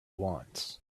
wants